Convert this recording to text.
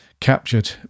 captured